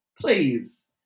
Please